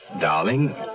Darling